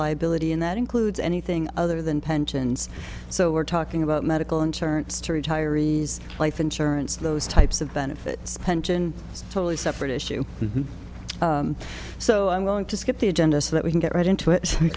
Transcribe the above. liability and that includes anything other than pensions so we're talking about medical insurance to retirees life insurance those types of benefits pension it's totally separate issue so i'm going to skip the agendas that we can get right into it we